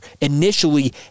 initially